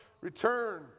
return